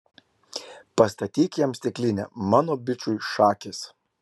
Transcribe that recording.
pastatyk jam stiklinę mano bičui šakės